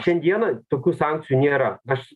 šiandieną tokių sankcijų nėra aš